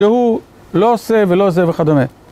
שהוא לא עושה ולא עוזב וכדומה